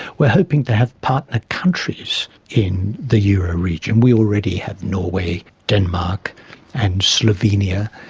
we're hoping to have partner countries in the euro region. we already have norway, denmark and slovenia,